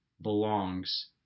belongs